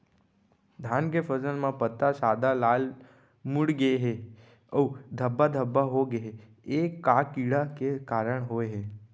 धान के फसल म पत्ता सादा, लाल, मुड़ गे हे अऊ धब्बा धब्बा होगे हे, ए का कीड़ा के कारण होय हे?